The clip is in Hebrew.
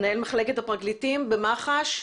מנהל מחלקת הפרקליטים במח"ש.